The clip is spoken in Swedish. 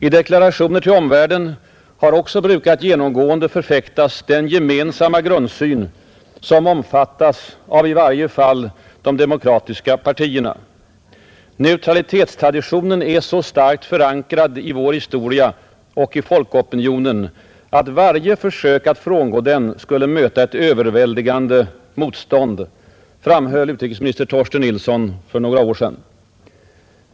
I deklarationer till omvärlden har man också genomgående brukat förfäkta den gemensamma grundsyn som omfattats av i varje fall de demokratiska partierna, ”Neutralitetstraditionen är så starkt förankrad i vår historia och i folkopinionen att varje försök att frångå den skulle möta ett överväldigande motstånd”, framhöll utrikesminister Torsten Nilsson för några år sedan.